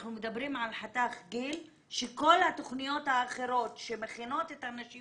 אנחנו מדברים על חתך גיל שכל התוכניות האחרות שמכינות את הנשים